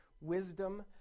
wisdom